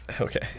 Okay